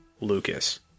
Lucas